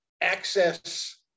access